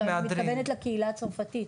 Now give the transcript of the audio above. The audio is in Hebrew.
אני מתכוונת לקהילה הצרפתית,